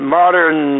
modern